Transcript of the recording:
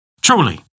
Truly